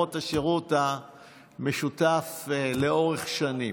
למרות השירות המשותף לאורך שנים.